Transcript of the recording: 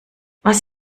was